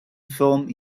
filmed